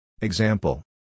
Example